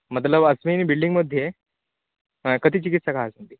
मतलब् अस्मिन् बिल्डिङ्ग्मध्ये कति चिकित्सकाः सन्ति